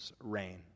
reign